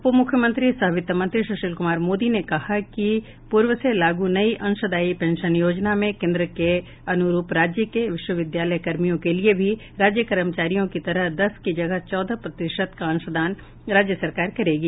उपमुख्यमंत्री सह वित्त मंत्री सुशील कुमार मोदी ने कहा कि पूर्व से लागू नई अंशदायी पेंशन योजना में केंद्र के अन्रूप राज्य के विश्वविद्यालय कर्मियों के लिए भी राज्य कर्मचारियों की तरह दस की जगह चौदह प्रतिशत का अंशदान राज्य सरकार करेगी